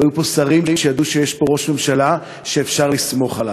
היו פה שרים שידעו שיש פה ראש ממשלה שאפשר לסמוך עליו,